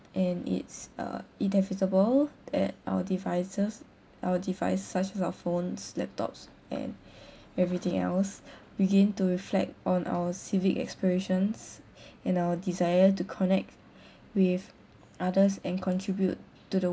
and it's uh inevitable that our devices are devices such as cellphones laptops and everything else began to reflect on our civic explorations and our desire to connect with others and contribute to the